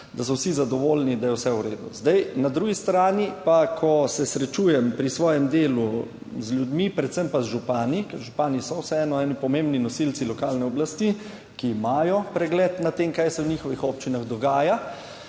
da so vsi zadovoljni, da je vse v redu. Zdaj na drugi strani pa, ko se srečujem pri svojem delu, z ljudmi, predvsem pa z župani, ker župani so vseeno eni pomembni nosilci lokalne oblasti, ki imajo pregled nad tem, kaj se v njihovih občinah dogaja